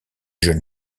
jeune